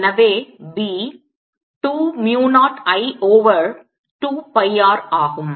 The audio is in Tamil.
எனவே B 2 mu 0 I over 2 pi R ஆகும்